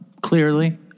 Clearly